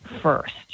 first